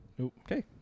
Okay